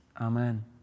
Amen